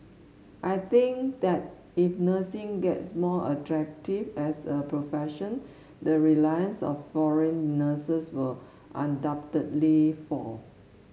I think that if nursing gets more attractive as a profession the reliance on foreign nurses will undoubtedly fall